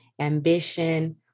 ambition